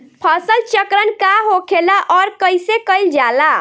फसल चक्रण का होखेला और कईसे कईल जाला?